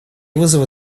вызовы